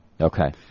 Okay